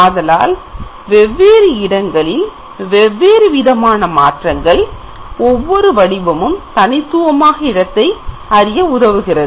ஆதலால் வெவ்வேறு இடங்களில் வெவ்வேறு விதமான மாற்றங்கள் ஒவ்வொரு வடிவமும் தனித்துவமாக இடத்தை அறிய உதவுகிறது